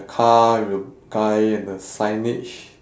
the car with a guy and a signage